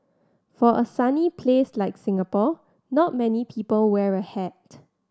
for a sunny place like Singapore not many people wear a hat